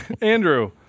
Andrew